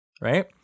right